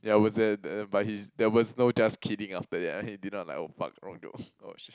ya I was there t~ but he's there was no just kidding after that he did not like oh fuck oh shit